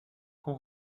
qu’on